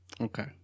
Okay